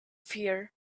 fear